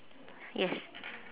yes